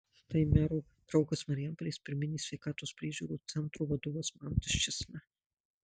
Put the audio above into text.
štai mero draugas marijampolės pirminės sveikatos priežiūros centro vadovas mantas čėsna